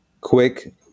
quick